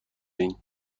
این